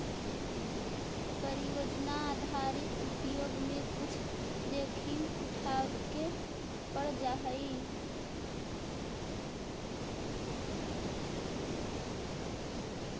परियोजना आधारित उद्योग में कुछ जोखिम उठावे पड़ जा हई